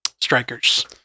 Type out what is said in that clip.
strikers